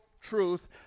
truth